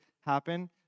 happen